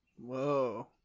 Whoa